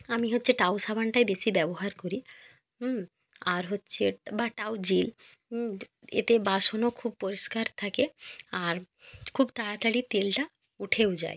আমি হচ্ছে টাও সাবানটাই বেশি ব্যবহার করি হুম আর হচ্ছে বা টাও জেল এতে বাসনও খুব পরিষ্কার থাকে আর খুব তাড়াতাড়ি তেলটা উঠেও যায়